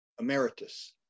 Emeritus